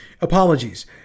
Apologies